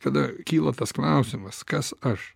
tada kyla tas klausimas kas aš